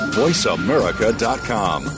voiceamerica.com